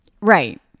Right